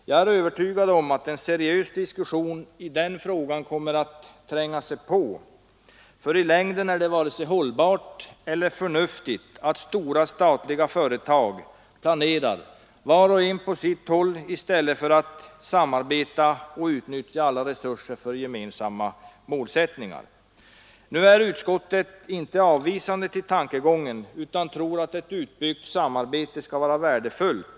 Jag är övertygad om att en seriös diskussion i den frågan kommer att tränga sig på, för i längden är det inte vare sig hållbart eller förnuftigt att stora statliga företag planerar vart och ett på sitt håll i stället för att samarbeta och utnyttja alla resurser för gemensamma målsättningar. Nu är utskottet inte avvisande till tankegången utan tror att ett utbyggt samarbete skulle vara värdefullt.